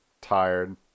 tired